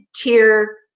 tier